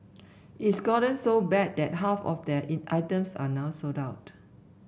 it's gotten so bad that half of their items are now sold out